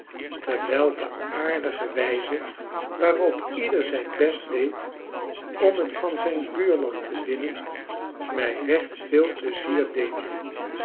terwijl de aardige wijze waarop ieder zijn best deed om t van zijn buurman te winnen mij recht veel pleizier deed